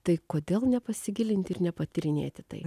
tai kodėl nepasigilinti ir nepatyrinėti tai